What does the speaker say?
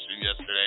yesterday